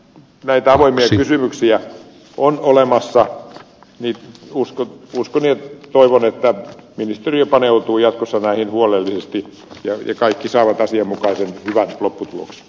näitä avoimia kysymyksiä on olemassa ja uskon ja toivon että ministeriö paneutuu jatkossa näihin huolellisesti ja kaikki saavat asianmukaisen hyvän lopputuloksen